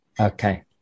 Okay